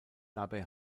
dabei